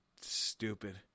stupid